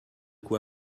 quoi